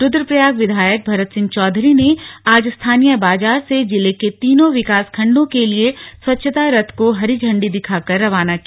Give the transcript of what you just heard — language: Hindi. रूद्रप्रयाग विधायक भरत सिंह चौधरी ने आज स्थानीय बाजार से जिले के तीनों विकास खण्डों के लिए स्वच्छता रथ को हरी झण्डी दिखाकर रवाना किया